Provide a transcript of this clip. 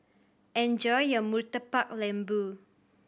enjoy your Murtabak Lembu